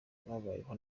babayeho